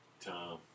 Tom